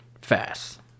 fast